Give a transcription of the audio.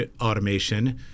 automation